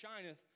shineth